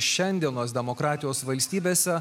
šiandienos demokratijos valstybėse